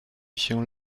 się